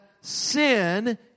sin